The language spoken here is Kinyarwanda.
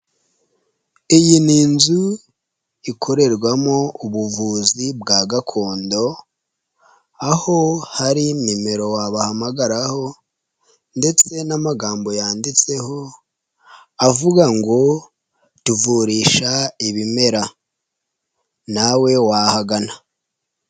Iyi ni inzu ikorerwamo ubuvuzi bwa gakondo aho hari nimero wabahamagaraho ndetse n'amagambo yanditseho avuga ngo: "Tuvurisha ibimera nawe wahagana."